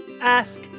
ask